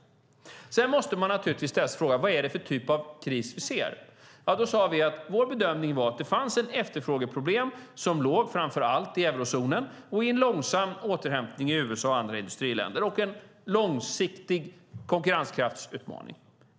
Sedan måste man naturligtvis ställa sig frågan: Vad är det för typ av kris vi ser? Vi sade att vår bedömning var att det fanns ett efterfrågeproblem som låg framför allt i eurozonen och i en långsam återhämtning i USA och andra industriländer och en långsiktig konkurrenskraftsutmaning.